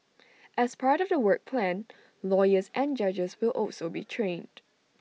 as part of the work plan lawyers and judges will also be trained